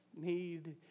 need